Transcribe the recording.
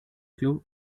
club